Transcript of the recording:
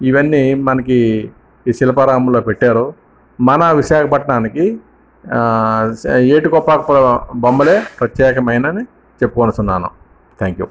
ఇవన్నీ మనకి ఈ శిల్పారామంలో పెట్టారు మన విశాఖపట్నానికి ఏటి కొప్పాల బొమ్మలే ప్రత్యేకమని చెప్పుకొనుచ్చాను థాంక్ యు